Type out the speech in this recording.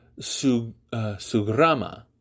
sugrama